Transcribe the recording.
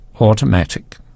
automatic